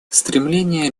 стремление